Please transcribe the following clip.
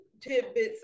tidbits